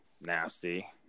nasty